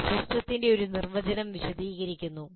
ഇത് സിസ്റ്റത്തിന്റെ ഒരു നിർവചനം വിശദീകരിക്കുന്നു